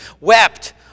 wept